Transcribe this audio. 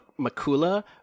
Makula